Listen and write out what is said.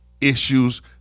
Issues